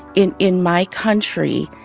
in in my country,